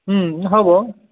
ହବ